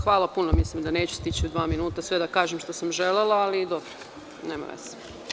Hvala puno, mislim da neću stići u dva minuta sve da kažem što sam želela, ali dobro nema veze.